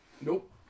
Nope